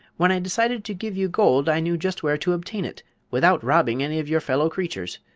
when i decided to give you gold i knew just where to obtain it without robbing any of your fellow creatures.